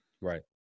Right